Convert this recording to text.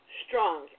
strong